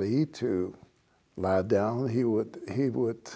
me to lie down and he would he would